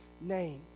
name